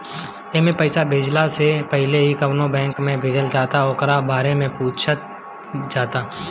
एमे पईसा भेजला से पहिले कवना बैंक में भेजल जाता ओकरा बारे में पूछल जाता